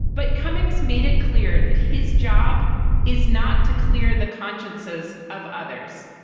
but cummings made it clear that his job is not to clear the consciences of others.